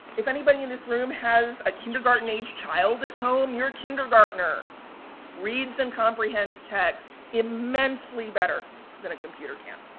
if anybody in this room has a kindergarten age child at home, your kindergartener reads and comprehends text immensely better than a computer can.